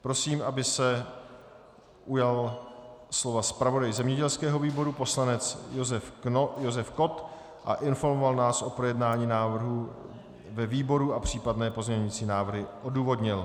Prosím, aby se ujal slova zpravodaj zemědělského výboru poslanec Josef Kott a informoval nás o projednání návrhu ve výboru a případné pozměňující návrhy odůvodnil.